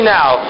now